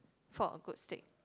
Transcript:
for good steak